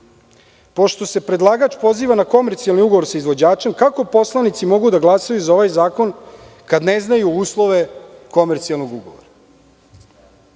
se predlagač poziva na komercijalni ugovor sa izvođačem, kako poslanici mogu da glasaju za ovaj zakon kada ne znaju uslove komercijalnog ugovora?